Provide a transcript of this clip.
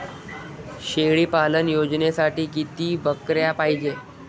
शेळी पालन योजनेसाठी किती बकऱ्या पायजे?